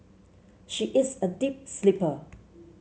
she is a deep sleeper